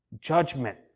Judgment